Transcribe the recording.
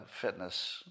fitness